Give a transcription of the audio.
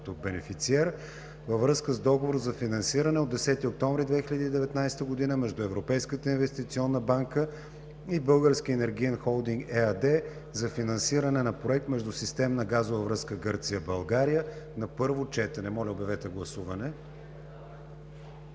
Бенефициер, във връзка с Договор за финансиране от 10 октомври 2019 г. между Европейската инвестиционна банка и „Български енергиен холдинг“ ЕАД за финансиране на проект „Междусистемна газова връзка Гърция – България“ на първо четене. Моля, гласувайте.